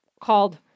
called